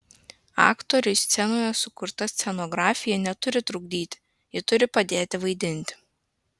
aktoriui scenoje sukurta scenografija neturi trukdyti ji turi padėti vaidinti